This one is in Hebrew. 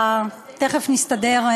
תכף נסתדר,